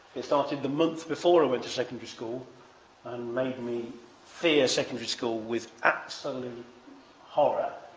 it started the month before i went to secondary school and made me fear secondary school with absolute horror